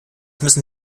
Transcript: müssen